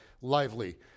lively